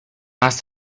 must